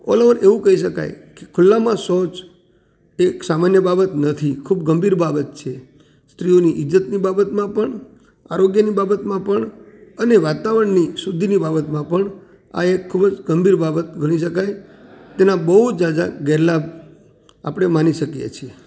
all over એવું કહી શકાય કે ખુલ્લામાં શૌચ એક સામાન્ય બાબત નથી ખૂબ ગંભીર બાબત છે સ્ત્રીઓની ઈજ્જતની બાબતમાં પણ આરોગ્યની બાબતમાં પણ અને વાતાવરણની શુદ્ધીની બાબતમાં પણ આ એક ખૂબ જ ગંભીર બાબત ગણી શકાય તેના બહુ જાજા ગેરલાભ આપળે માની શકીએ છીએ